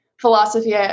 philosophy